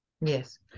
Yes